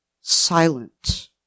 silent